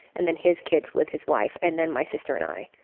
and then his kids with his wife, and then my sister and i.